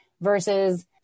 versus